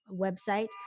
website